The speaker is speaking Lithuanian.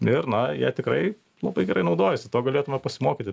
ir na jie tikrai labai gerai naudojasi to galėtume pasimokyti